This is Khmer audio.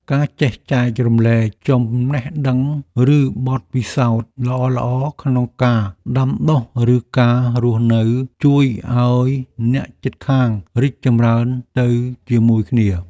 ការចេះចែករំលែកចំណេះដឹងឬបទពិសោធន៍ល្អៗក្នុងការដាំដុះឬការរស់នៅជួយឱ្យអ្នកជិតខាងរីកចម្រើនទៅជាមួយគ្នា។